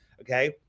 okay